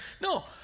No